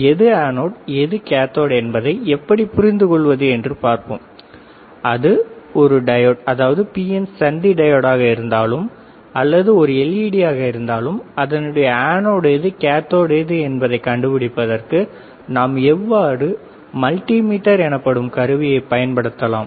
எது அனோட் எது கேதோட் என்பதை எப்படி புரிந்துகொள்வது என்று பார்ப்போம் அது ஒரு டையோட் அதாவது பிஎன் சந்தி டயோட் ஆக இருந்தாலும் அல்லது ஒரு எல்இடி ஆக இருந்தாலும் அதனுடைய அனோட் எது கேதோட் எது என்பதை கண்டுபிடிப்பதற்கு நாம் எப்போதும் மல்டிமீட்டர் எனப்படும் கருவியைப் பயன்படுத்தலாம்